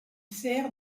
sert